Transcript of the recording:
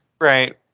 Right